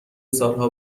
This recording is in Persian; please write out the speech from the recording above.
سالها